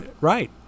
Right